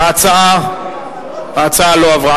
ההצעה לא עברה.